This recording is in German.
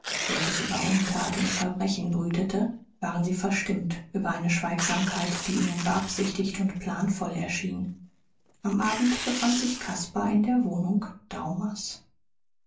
welches über untat und verbrechen brütete waren sie verstimmt über eine schweigsamkeit die ihnen beabsichtigt und planvoll erschien am abend befand sich caspar in der wohnung daumers